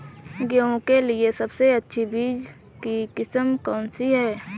गेहूँ के लिए सबसे अच्छी बीज की किस्म कौनसी है?